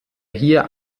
hier